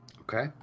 Okay